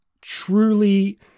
truly